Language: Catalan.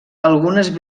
algunes